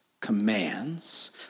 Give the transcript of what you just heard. Commands